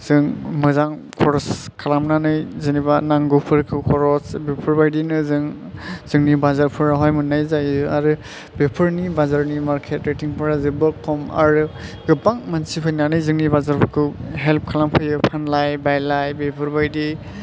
जों मोजां खरस खालामनानै जेनोबा नांगौफोरखौ खरस बेफोरबादिनो जों जोंनि बाजारफोराव हाय मोननाय जायो आरो बेफोरनि बाजारनि मारकेत रेथिं फोरा जोबोद खम आरो गोबां मानसि फैनानै जेंनि बाजारफोरखौ हेल्फ खालामफैयो फानलाय बायलाय बेफोर बादि